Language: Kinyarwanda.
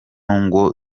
ngo